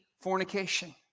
fornication